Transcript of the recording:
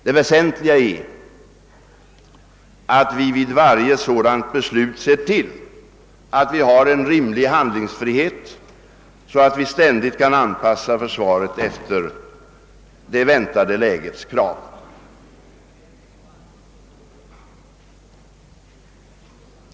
Det väsentliga är att vi vid varje sådant beslut ser till att vi har en rimlig handlingsfrihet, så att vi ständigt kan anpassa försvaret efter det väntade lägets krav.